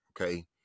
okay